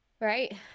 right